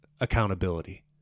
accountability